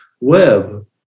web